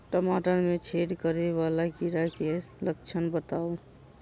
टमाटर मे छेद करै वला कीड़ा केँ लक्षण बताउ?